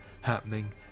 happening